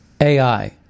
AI